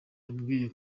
yambwiye